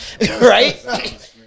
Right